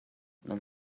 nan